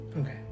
Okay